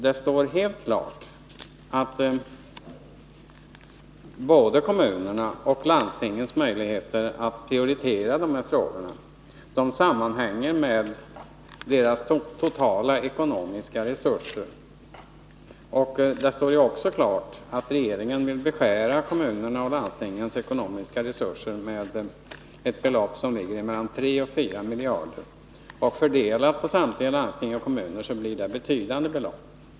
Det står nämligen helt klart att såväl kommunernas som landstingens möjligheter att prioritera dessa frågor sammanhänger med deras totala ekonomiska resurser. Det står också klart att regeringen vill beskära kommunernas och landstingens ekonomiska resurser med ett belopp på 34 miljarder kronor. Fördelat på samtliga kommuner och landsting blir det betydande belopp.